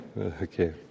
Okay